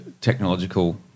technological